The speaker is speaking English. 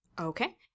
Okay